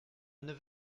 neuf